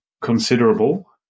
considerable